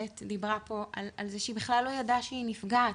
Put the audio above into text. ב' דיברה פה על זה שהיא בכלל לא ידעה שהיא נפגעת.